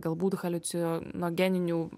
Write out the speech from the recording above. galbūt haliucinogeninių